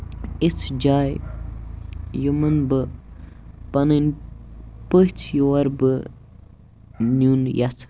یِژھ جایہِ یِمَن بہٕ پَنٕنۍ پٔژھ یور بہٕ نیُن ییٚژھ